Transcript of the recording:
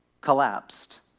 collapsed